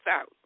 out